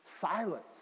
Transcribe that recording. silence